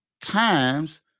times